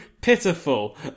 pitiful